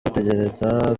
dutekereza